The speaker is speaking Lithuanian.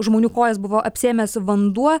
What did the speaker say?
žmonių kojas buvo apsėmęs vanduo